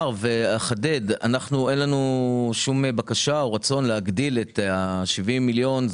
אחדד ואומר שאין לנו שום בקשה או רצון להגדיל את 70 מיליון השקלים.